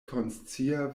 konscia